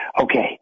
Okay